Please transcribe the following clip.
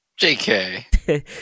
JK